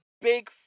big